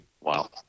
Wow